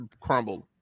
crumbled